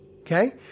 okay